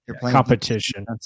Competition